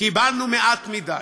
קיבלנו מעט מדי.